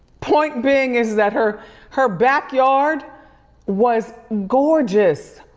point being is that her her backyard was gorgeous.